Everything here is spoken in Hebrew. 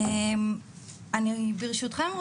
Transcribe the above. ברשותכם,